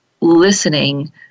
listening